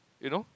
you know